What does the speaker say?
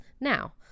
Now